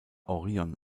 orion